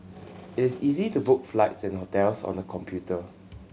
is easy to book flights and hotels on the computer